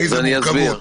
איזו מורכבות?